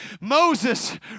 Moses